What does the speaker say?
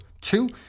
Two